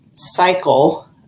cycle